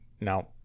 Now